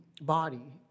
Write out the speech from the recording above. body